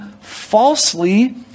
falsely